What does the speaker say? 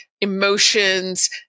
emotions